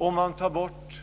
Om man tar bort